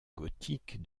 gothiques